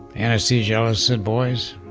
anesthesiologist said, boys,